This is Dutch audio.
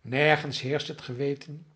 nergens heerscht het geweten